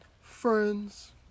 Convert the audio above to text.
friends